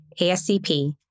ASCP